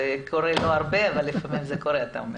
זה קורה לא הרבה אבל זה קורה לפעמים, אתה אומר.